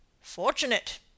Fortunate